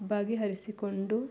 ಬಗೆಹರಿಸಿಕೊಂಡು